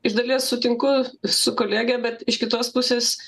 iš dalies sutinku su kolege bet iš kitos pusės